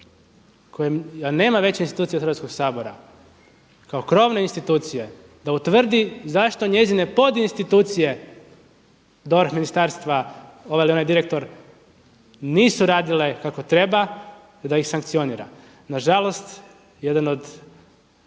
a nema veće institucije od Hrvatskog sabora kao krovne institucije da utvrdi zašto njezine pod institucije DORH, ministarstva, ovaj ili onaj direktor nisu radile kako treba i da ih sankcionira. Nažalost, jedan od